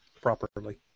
properly